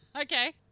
okay